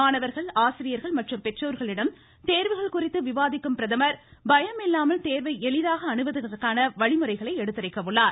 மாணவர்கள் ஆசிரியர்கள் மற்றும் பெற்றோர்களிடம் தேர்வுகள் குறித்து விவாதிக்கும் பிரதமர் பயம் இல்லாமல் தேர்தை எளிதாக அணுகுவதற்கான வழிமுறைகளை எடுத்துரைக்க உள்ளார்